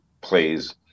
plays